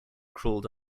crawled